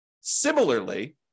Similarly